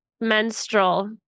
menstrual